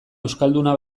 euskalduna